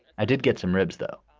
i did get some ribs, though.